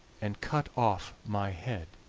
and cut off my head!